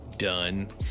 Done